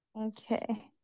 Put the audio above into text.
okay